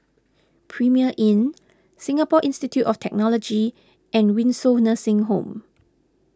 Premier Inn Singapore Institute of Technology and Windsor Nursing Home